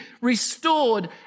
restored